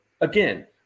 again